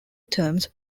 terms